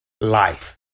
life